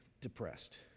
depressed